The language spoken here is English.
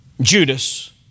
Judas